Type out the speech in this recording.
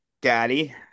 daddy